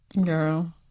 Girl